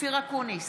אופיר אקוניס,